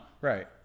Right